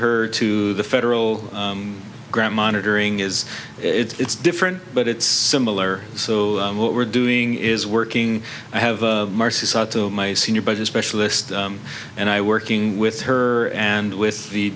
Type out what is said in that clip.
her to the federal grant monitoring is it's different but it's similar so what we're doing is working i have my senior budget specialist and i working with her and with the